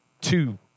two